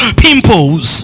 pimples